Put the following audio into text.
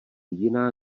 jiná